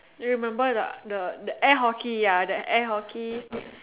remember or not the air hockey ya the air hockey